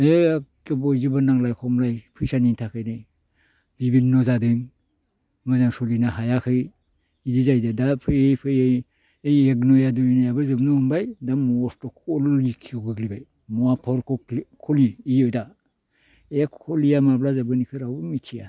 इखे बयजोबो नांलाय खमलाय फैसानि थाखायनो बिनि उनाव जादों मोजां सोलिनो हायाखै इदि जाहैदो दा फैयै फैयै एगन'या दुय नयाबो जोबनो हमबाय दा मसथ' खरम'निथियाव गोग्लैबाय इ खलिया माब्ला जोबगोन इखौ रावबो मिथिया